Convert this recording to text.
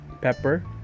pepper